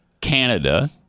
Canada